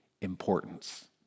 importance